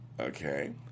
Okay